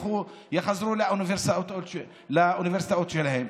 יחזרו לאוניברסיטאות שלהם.